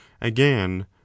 again